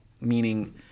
Meaning